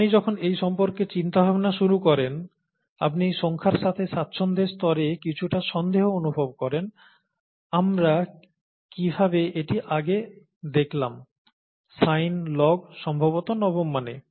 আপনি যখন এই সম্পর্কে চিন্তাভাবনা শুরু করেন আপনি সংখ্যার সাথে স্বাচ্ছন্দ্যের স্তরে কিছুটা সন্দেহ অনুভব করেন আমরা কিভাবে এটি আগে দেখলাম সাইন লগ সম্ভবত নবম মানে